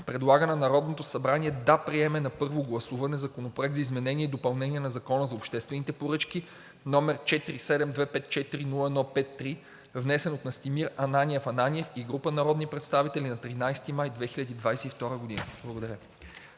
предлага на Народното събрание да приеме на първо гласуване Законопроект за изменение и допълнение на Закона за обществените поръчки, № 47-254-01-53, внесен от Настимир Ананиев Ананиев и група народни представители нa 13 май 2022 г. Благодаря.